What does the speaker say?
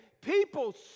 People